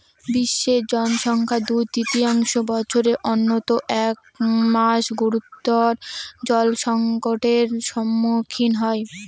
বিশ্বের জনসংখ্যার দুই তৃতীয়াংশ বছরের অন্তত এক মাস গুরুতর জলসংকটের সম্মুখীন হয়